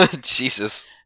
Jesus